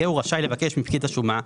יהיה הוא רשאי לבקש מפקיד השומה,